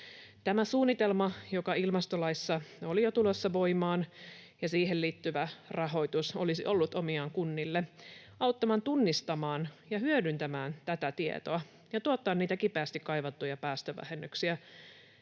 Tämä suunnitelma, joka ilmastolaissa oli jo tulossa voimaan ja siihen liittyvä rahoitus, olisi ollut omiaan kunnille auttamaan tunnistamaan ja hyödyntämään tätä tietoa ja tuottamaan niitä kipeästi kaivattuja päästövähennyksiä,